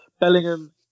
Bellingham